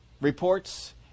reports